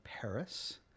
Paris